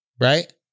right